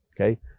okay